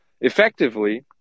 Effectively